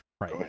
Right